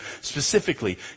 specifically